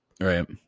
Right